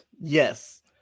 Yes